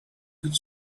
could